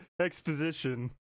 exposition